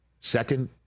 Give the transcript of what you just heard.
Second